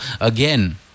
again